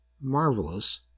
marvelous